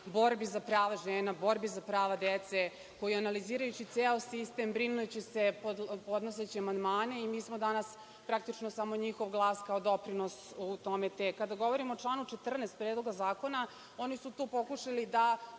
borbi za pravo žena, borbi za prava dece, koji analizirajući ceo sistem, brinući se, podnoseći amandmane i mi smo danas praktično samo njihov glas kao doprinos u tome. Kada govorimo o članu 14. Predloga zakona, oni su tu pokušali da